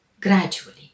gradually